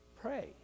Pray